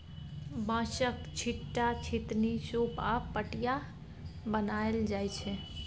बाँसक, छीट्टा, छितनी, सुप आ पटिया बनाएल जाइ छै